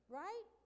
right